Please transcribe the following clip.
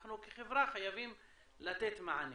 אנחנו כחברה חייבים לתת מענה.